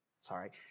Sorry